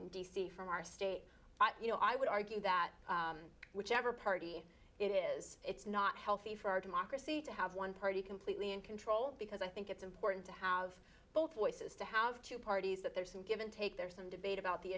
in d c from our state you know i would argue that whichever party it is it's not healthy for our democracy to have one party completely in control because i think it's important to have both voices to have two parties that there's some give and take there's some debate about the